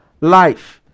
life